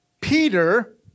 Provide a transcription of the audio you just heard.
Peter